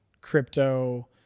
crypto